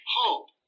hope